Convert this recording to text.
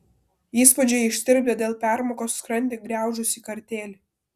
įspūdžiai ištirpdė dėl permokos skrandį griaužusį kartėlį